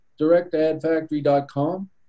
directadfactory.com